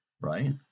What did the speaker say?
right